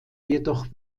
jedoch